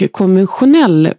konventionell